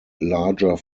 larger